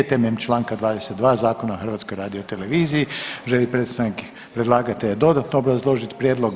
Temeljem čl. 22 Zakona o HRT-u želi li predstavnik predlagatelja dodatno obrazložiti prijedlog?